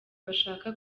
bashaka